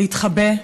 להתחבא,